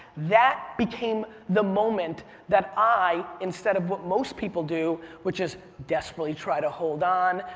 that became the moment that i, instead of what most people do, which is desperately try to hold on,